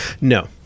no